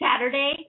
Saturday